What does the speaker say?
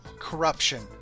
corruption